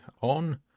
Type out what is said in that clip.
on